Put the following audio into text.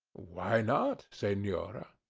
why not, senora?